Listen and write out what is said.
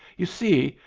you see,